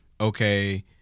okay